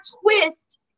twist